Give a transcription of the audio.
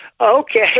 Okay